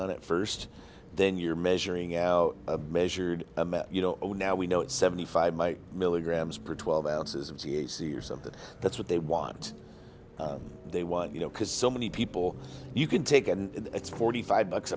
on it first then you're measuring out a measured amount you know oh now we know it's seventy five my milligrams per twelve ounces of cac or something that's what they want they want you know because so many people you can take and it's forty five bucks